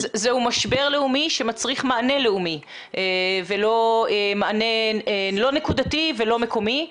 בהחלט זהו משבר לאומי שמצריך מענה לאומי ולא נקודתי ולא מקומי,